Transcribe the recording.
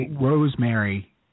rosemary